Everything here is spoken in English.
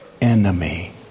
enemy